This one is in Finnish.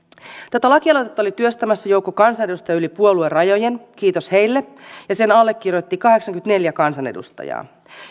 tätä lakialoitetta oli työstämässä joukko kansanedustajia yli puoluerajojen kiitos heille ja sen allekirjoitti kahdeksankymmentäneljä kansanedustajaa